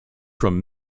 from